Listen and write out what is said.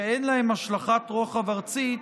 שאין להן השלכת רוחב ארצית,